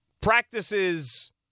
practices